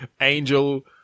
Angel